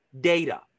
data